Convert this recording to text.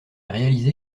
réalisé